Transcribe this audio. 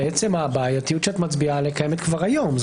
בעצם הבעייתיות שאת מצביעה עליה קיימת כבר היום.